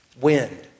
Wind